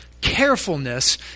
carefulness